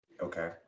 Okay